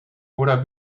oder